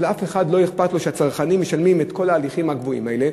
לאף אחד לא אכפת שהצרכנים משלמים על כל ההליכים הגבוהים האלה.